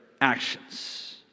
actions